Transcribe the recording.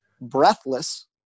breathless